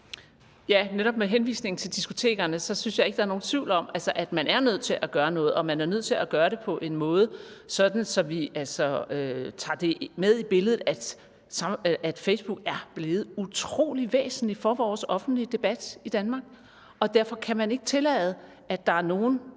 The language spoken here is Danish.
Netop med henvisning til diskotekerne synes jeg ikke, der er nogen tvivl om, at man er nødt til at gøre noget, og man er nødt til at gøre det på en måde, så vi tager det med i billedet, at Facebook er blevet utrolig væsentlig for vores offentlige debat i Danmark, og derfor kan man ikke tillade, at der er nogen